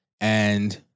and-